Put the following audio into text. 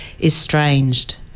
estranged